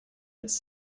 its